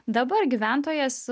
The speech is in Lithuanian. dabar gyventojas